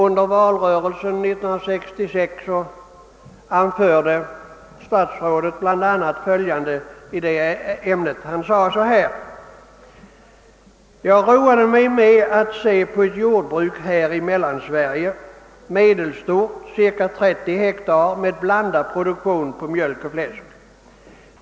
Under valrörelsen 1966 anförde statsrådet bl.a. följande i det ämnet: »Jag roade mig med att se på ett jordbruk här i Mellansverige, medelstort, cirka 30 hektar, med blandad produktion av mjölk och fläsk.